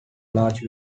large